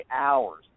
hours